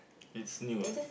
it's new ah